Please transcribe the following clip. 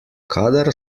kadar